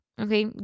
okay